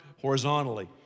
horizontally